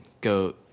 go